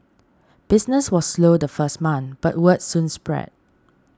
business was slow the first month but word soon spread